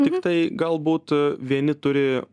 tiktai galbūt vieni turi